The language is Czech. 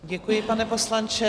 Děkuji, pane poslanče.